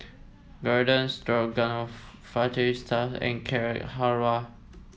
Garden Stroganoff Fajitas and Carrot Halwa